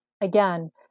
again